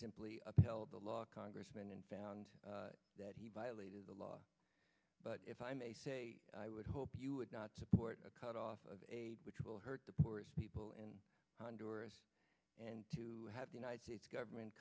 simply upheld the law congressman and found that he violated the law but if i may say i would hope you would not support a cutoff of aid which will hurt the poorest people and honor us and to have the united states government